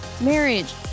marriage